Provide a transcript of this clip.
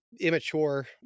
immature